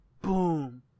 Boom